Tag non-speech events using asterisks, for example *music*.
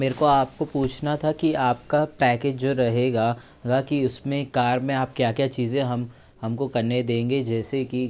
मेरे को आप को पूछना था कि आप का पैकेज जो रहेगा *unintelligible* कि उसमें कार में आप क्या क्या चीजे़ं हम हम को करने देंगे जैसे कि